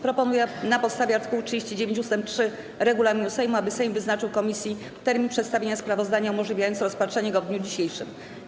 Proponuję, na podstawie art. 39 ust. 3 regulaminu Sejmu, aby Sejm wyznaczył komisji termin przedstawienia sprawozdania umożliwiający rozpatrzenie go w dniu dzisiejszym.